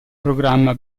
programma